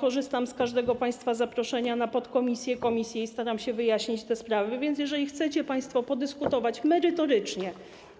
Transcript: Korzystam z każdego państwa zaproszenia na posiedzenia podkomisji, komisji i staram się wyjaśnić te sprawy, więc jeżeli chcecie państwo podyskutować merytorycznie